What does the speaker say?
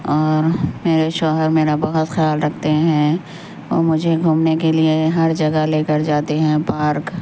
اور میرے شوہر میرا بہت خیال رکھتے ہیں اور مجھے گھومنے کے لیے ہر جگہ لے کر جاتے ہیں پارک